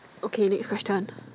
okay next question